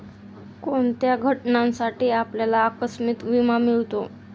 कोणत्या घटनांसाठी आपल्याला आकस्मिक विमा मिळतो?